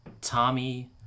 Tommy